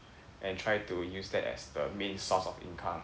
and try to use that as the main source of income